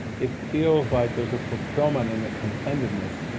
it feels like there is a fulfillment and a contentedness,